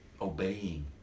Obeying